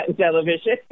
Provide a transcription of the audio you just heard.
television